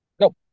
Nope